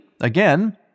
again